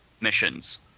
missions